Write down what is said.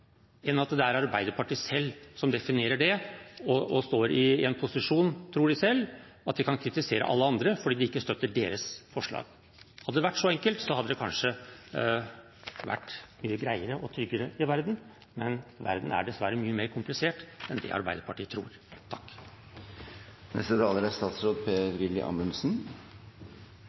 en felles plattform for hva vi kan gjøre, som virker. Da er dessverre verden mer komplisert enn at Arbeiderpartiet selv kan definere det og stå i en posisjon – tror de selv – der de kan kritisere alle andre fordi de ikke støtter deres forslag. Hadde det vært så enkelt, hadde det kanskje vært mye greiere og tryggere i verden, men verden er dessverre mye mer komplisert enn det Arbeiderpartiet tror.